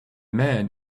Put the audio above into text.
man